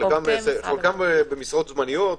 חלקם במשרות זמניות,